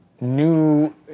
new